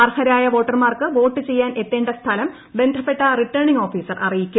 അർഹരായ വോട്ടർമാർക്ക് വോട്ട് ചെയ്യാൻ എത്തേണ്ട സ്ഥലം ബന്ധപ്പെട്ട റിട്ടേണിംഗ് ഓഫീസർ അറിയിക്കും